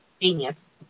genius